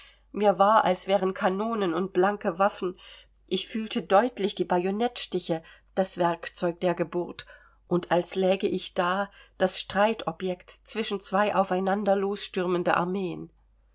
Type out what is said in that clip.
mir war als wären kanonen und blanke waffen ich fühlte deutlich die bajonettstiche das werkzeug der geburt und als läge ich da das streitobjekt zwischen zwei aufeinander losstürmende armeen